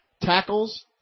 Tackles